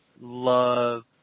love